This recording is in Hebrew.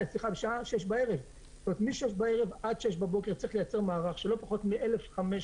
מ-18:00 עד 06:00 צריך לייצר מערך של לא פחות מ-1,500